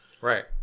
Right